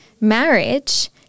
marriage